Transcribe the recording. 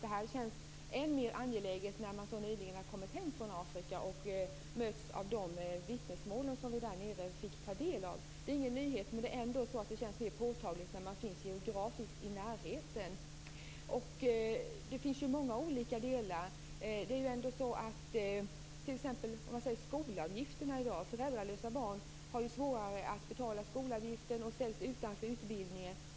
Det känns än mer angeläget när vi så nyligen har kommit hem från Afrika och mötts av de vittnesmål som vi fick ta del av där nere. Det är ingen nyhet, men det känns ändå mer påtagligt när man är i närheten geografiskt. Det finns många olika delar. Föräldralösa barn har svårare att betala skolavgiften och ställs utanför utbildningen.